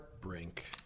Brink